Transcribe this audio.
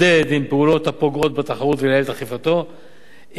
עם פעולות הפוגעות בתחרות ולייעל את אכיפתו המליצה